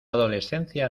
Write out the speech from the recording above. adolescencia